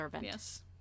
yes